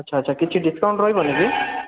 ଆଚ୍ଛା ଆଚ୍ଛା କିଛି ଡ଼ିସ୍କାଉଣ୍ଟ୍ ରହିବନି କି